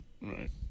Right